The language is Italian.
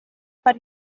pari